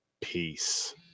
Peace